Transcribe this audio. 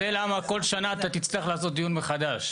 --- זה למה אתה כל שנה תצטרך לעשות דיון מחדש.